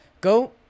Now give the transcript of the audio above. Go